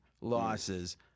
losses